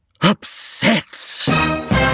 Upset